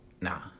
Nah